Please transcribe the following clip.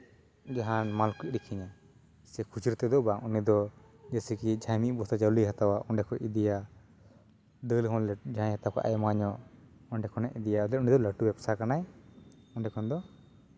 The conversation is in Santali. ᱡᱟᱦᱟᱸ ᱢᱟᱞ ᱠᱚᱭ ᱟᱹᱠᱷᱨᱤᱧᱟ ᱥᱮ ᱠᱷᱩᱪᱨᱟᱹ ᱛᱮᱫᱚ ᱵᱟᱝ ᱩᱱᱤ ᱫᱚ ᱡᱮᱭᱥᱮ ᱠᱤ ᱡᱟᱦᱟᱸᱭ ᱢᱤᱫ ᱵᱚᱥᱛᱟ ᱪᱟᱣᱞᱮᱭ ᱦᱟᱛᱟᱣᱟ ᱚᱸᱰᱮ ᱠᱷᱚᱱᱮ ᱤᱫᱤᱭᱟ ᱫᱟᱹᱞ ᱦᱚᱸ ᱡᱟᱦᱟᱸᱭᱮ ᱦᱟᱛᱟᱣ ᱠᱷᱟᱱ ᱟᱭᱢᱟ ᱧᱚᱜ ᱚᱸᱰᱮ ᱠᱷᱚᱱᱮ ᱤᱫᱤᱭᱟ ᱟᱫᱚ ᱚᱸᱰᱮ ᱫᱚ ᱞᱟᱹᱴᱩ ᱵᱮᱵᱽᱥᱟ ᱠᱟᱱᱟᱭ ᱚᱸᱰᱮ ᱠᱷᱚᱱ ᱫᱚ